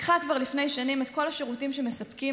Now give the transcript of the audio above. לקחה כבר לפני שנים את כל השירותים שמספקים